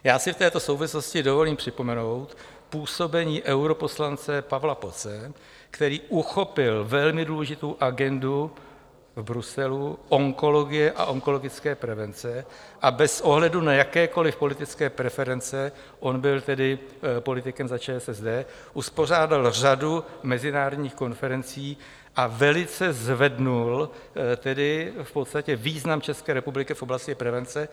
Já si v této souvislosti dovolím připomenout působení europoslance Pavla Poce, který uchopil velmi důležitou agendu, v Bruselu, onkologie a onkologické prevence a bez ohledu na jakékoliv politické preference on byl tedy politikem za ČSSD uspořádal řadu mezinárodních konferencí a velice zvedl význam České republiky v oblasti prevence.